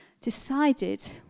decided